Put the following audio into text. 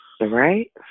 Right